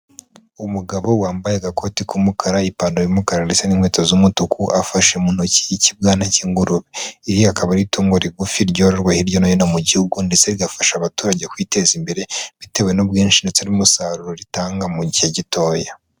Umugabo wambaye agakoti k'umukara, ipantaro y'umukara ndetse n'inkweto z'umutuku, afashe mu ntoki ikibwana cy'ingurube, iri akaba ari itungo rigufi ryororwa hirya no hino mu gihugu ndetse rigafasha abaturage kwiteza imbere, bitewe n'ubwinshi ndetse n'umusaruro ritanga mu gihe gitoya.